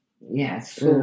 Yes